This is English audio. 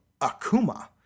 Akuma